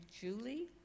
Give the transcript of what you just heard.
Julie